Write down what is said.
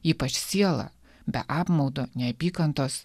ypač siela be apmaudo neapykantos